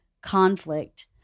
conflict